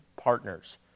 partners